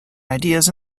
ideas